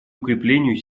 укреплению